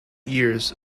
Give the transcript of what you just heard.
years